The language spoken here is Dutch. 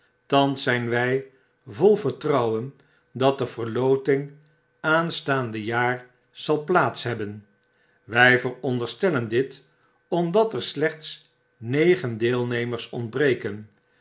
thans zijn wjj vol vertrouwen dat de verloting aanstaande jaar zal plaats hebben wy veronderstellen dit omdat er slechts negen deelnemers ontbreken